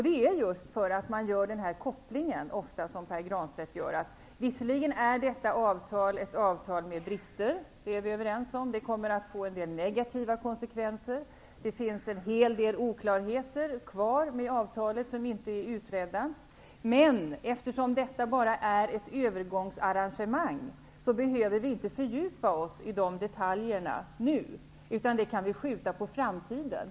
Det beror ofta just på den koppling som Pär Granstedt gör, nämligen att visserligen är detta ett avtal med brister, det är vi överens om, med en del negativa konsekvenser -- det finns en hel del oklarheter kvar med avtalet som inte är utredda -- men eftersom detta endast är ett övergångsarrangemang behöver vi inte fördjupa oss i dessa detaljer nu, utan kan uppskjuta det arbetet.